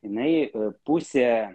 nei pusė